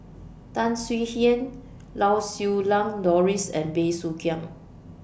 Tan Swie Hian Lau Siew Lang Doris and Bey Soo Khiang